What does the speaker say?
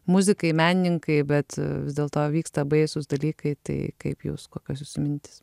muzikai menininkai bet vis dėlto vyksta baisūs dalykai tai kaip jūs kokios mintys